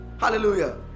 Hallelujah